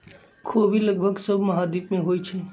ख़ोबि लगभग सभ महाद्वीप में होइ छइ